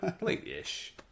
Late-ish